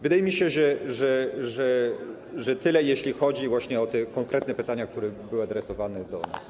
Wydaje mi się, że to tyle, jeśli chodzi właśnie o te konkretne pytania, które były adresowane do nas.